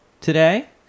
today